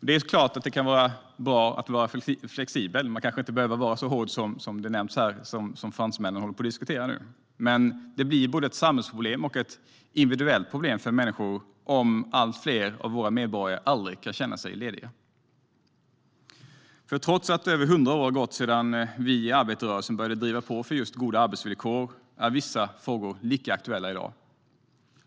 Det är klart att det kan vara bra att vara flexibel, och man behöver kanske inte vara så hård som det har nämnts här att fransmännen diskuterar. Det blir både ett samhällsproblem och ett individuellt problem för människor om allt fler medborgare aldrig kan känna sig lediga. Trots att över hundra år har gått sedan vi i arbetarrörelsen började driva på för goda arbetsvillkor är vissa frågor lika aktuella i dag.